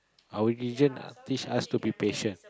our religion ah teach us to be patient